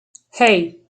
hey